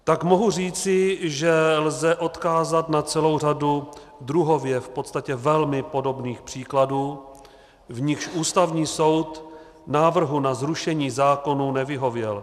Tak mohu říci, že lze odkázat na celou řadu druhově v podstatě velmi podobných příkladů, v nichž Ústavní soud návrhu na zrušení zákonů nevyhověl.